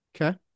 Okay